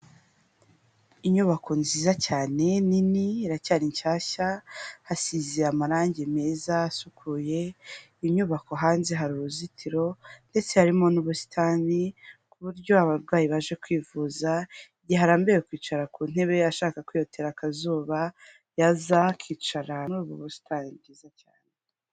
Inyubako nziza cyane nini iracyari nshyashya, hasize amarangi meza asukuye, inyubako hanze hari uruzitiro ndetse harimo n'ubusitani, ku buryo abarwayi baje kwivuza igihe arambiwe kwicara ku ntebe ashaka kwiyotera akazuba, yaza akicara muri ubu busitani bwiza cyane.